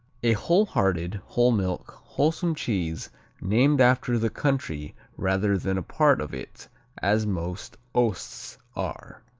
a whole-hearted, whole-milk, wholesome cheese named after the country rather than a part of it as most osts are.